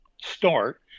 start